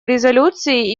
резолюции